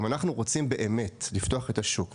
אם אנחנו רוצים באמת לפתוח את השוק,